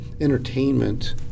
entertainment